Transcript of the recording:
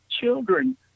children